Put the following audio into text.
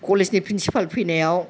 कलेजनि प्रिनसिपाल फैनायाव